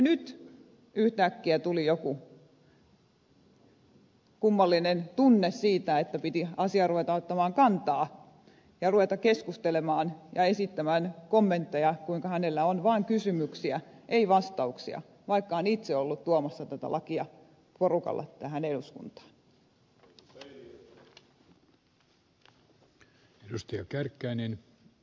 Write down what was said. nyt yhtäkkiä tuli joku kummallinen tunne siitä että piti asiaan ruveta ottamaan kantaa ja keskustelemaan ja esittämään kommentteja kuinka hänellä on vain kysymyksiä ei vastauksia vaikka hän on itse ollut tuomassa tätä lakia porukalla tähän eduskuntaan